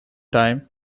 time